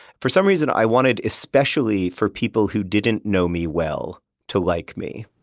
for some reason, i wanted especially for people who didn't know me well to like me.